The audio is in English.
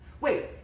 Wait